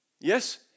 Yes